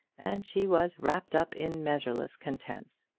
and she was wrapped up in measureless content.